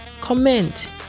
comment